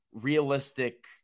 realistic